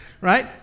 right